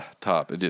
top